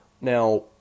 Now